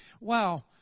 Wow